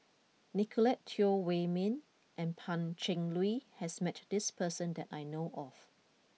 Nicolette Teo Wei Min and Pan Cheng Lui has met this person that I know of